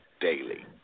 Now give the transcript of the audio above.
daily